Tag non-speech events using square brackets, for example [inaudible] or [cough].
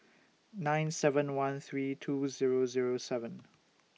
nine seven one three two Zero Zero seven [noise]